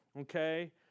okay